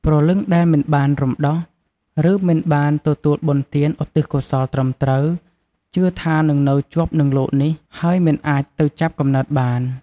ព្រលឹងដែលមិនបានរំដោះ ឬមិនបានទទួលបុណ្យទានឧទ្ទិសកុសលត្រឹមត្រូវ ជឿថានឹងនៅជាប់នឹងលោកនេះ ហើយមិនអាចទៅចាប់កំណើតបាន។